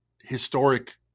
historic